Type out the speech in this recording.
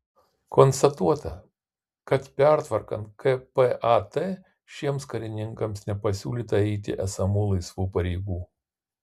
konstatuota kad pertvarkant kpat šiems karininkams nepasiūlyta eiti esamų laisvų pareigų